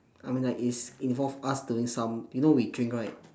I mean like it's involved us doing some you know we drink right